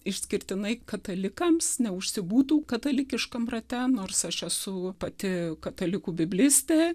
išskirtinai katalikams neužsibūtų katalikiškam rate nors aš esu pati katalikų biblistė